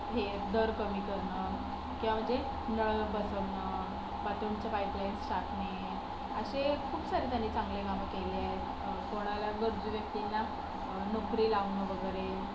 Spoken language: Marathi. हे दर कमी करणं किंवा जे नळ बसवणं बाथरूमच्या पाईपलाइन्स टाकणे असे खूप सारे त्यांनी चांगले कामं केली आहेत कोणाला गरजू व्यक्तीला नोकरी लावणं वगैरे